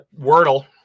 Wordle